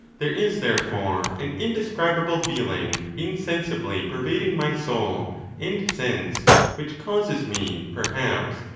there is, therefore, an indescribable feeling insensibly per vading my soul and sense which causes me, perhaps,